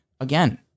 again